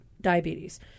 diabetes